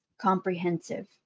comprehensive